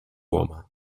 home